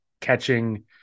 catching